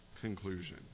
conclusion